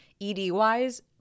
ED-wise